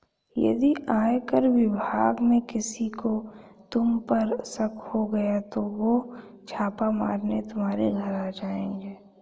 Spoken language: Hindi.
यदि आयकर विभाग में किसी को तुम पर शक हो गया तो वो छापा मारने तुम्हारे घर आ जाएंगे